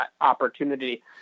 opportunity